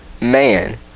man